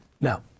No